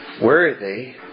worthy